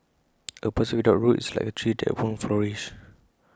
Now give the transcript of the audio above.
A person without roots is like A tree that won't flourish